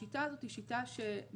השיטה הזאת היא שיטה שמאפשרת